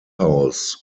house